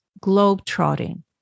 globe-trotting